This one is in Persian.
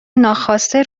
ناخواسته